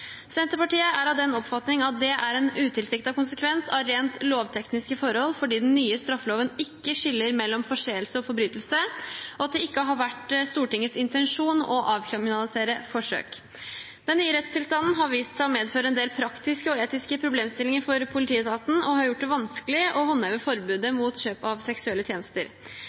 Senterpartiet er av den oppfatning at det er en utilsiktet konsekvens av rent lovtekniske forhold fordi den nye straffeloven ikke skiller mellom forseelse og forbrytelse, og at det ikke har vært Stortingets intensjon å avkriminalisere forsøk. Den nye rettstilstanden har vist seg å medføre en del praktiske og etiske problemstillinger for politietaten og gjort det vanskelig å håndheve forbudet mot kjøp av seksuelle tjenester.